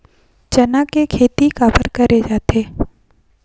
चना के खेती काबर करे जाथे?